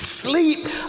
sleep